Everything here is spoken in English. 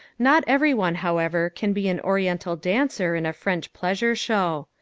not everyone, however, can be an oriental dancer in a french pleasure show.